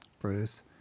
Bruce